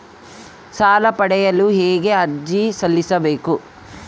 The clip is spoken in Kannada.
ಸಾಲ ಪಡೆಯಲು ಹೇಗೆ ಅರ್ಜಿ ಸಲ್ಲಿಸಬೇಕು?